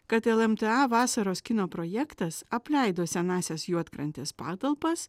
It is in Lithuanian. kad lmta vasaros kino projektas apleido senąsias juodkrantės patalpas